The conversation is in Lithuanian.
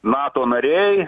nato nariai